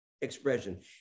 expression